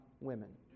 women